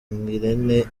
ngirente